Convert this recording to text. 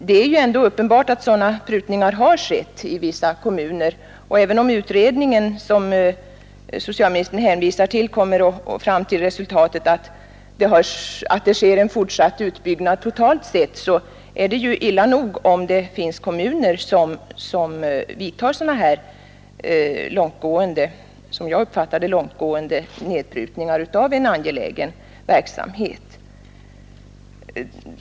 Det är ändå uppenbart att sådana prutningar har skett i vissa kommuner, och även om man vid de undersökningar som socialministern hänvisar till kommer till resultatet att det sker en fortsatt utbyggnad totalt sett, så är det ju illa nog om det finns kommuner som vidtar sådana här, som jag uppfattar det, långtgående nedprutningar när det gäller angelägen verksamhet.